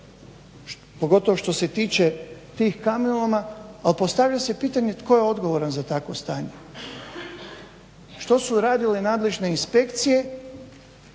pogotovo što se tiče tih kamenoloma al postavlja se pitanje tko je odgovoran za takvo stanje. Što su radile nadležne inspekcije